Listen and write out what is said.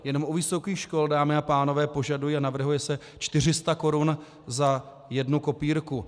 Jen u vysokých škol, dámy a pánové, se požaduje a navrhuje 400 korun za jednu kopírku.